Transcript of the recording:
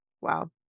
wow